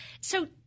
So-